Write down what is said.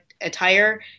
attire